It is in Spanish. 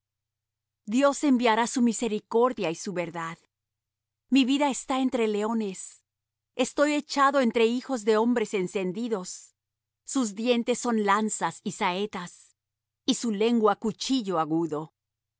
dios enviará su misericordia y su verdad mi vida está entre leones estoy echado entre hijos de hombres encendidos sus dientes son lanzas y saetas y su lengua cuchillo agudo